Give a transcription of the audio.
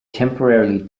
temporarily